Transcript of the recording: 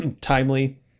timely